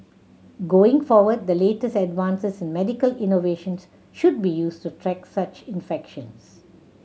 going forward the latest advances in medical innovations should be used to track such infections